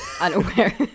Unaware